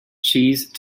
cheese